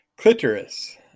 Clitoris